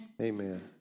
Amen